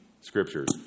scriptures